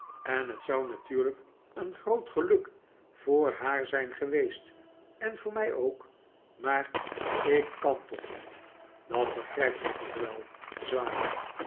en het zou natuurlijk een groot geluk voor haar zijn geweest en voor mij ook maar ik kan toch niet dat begrijpt ge toch wel